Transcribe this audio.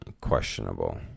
questionable